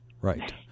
Right